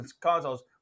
consoles